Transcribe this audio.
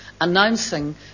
announcing